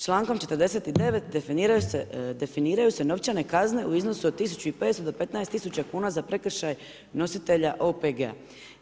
Člankom 49. definiraju se novčane kazne u iznosu od 1500 do 15000 kuna za prekršaj nositelja OPG-a.